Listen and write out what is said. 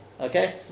Okay